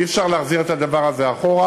אי-אפשר להחזיר את הדבר הזה אחורה.